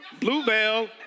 bluebell